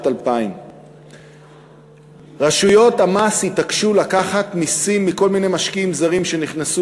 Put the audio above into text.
2000. רשויות המס התעקשו לקחת מסים מכל מיני משקיעים זרים שנכנסו